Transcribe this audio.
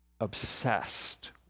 obsessed